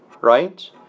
Right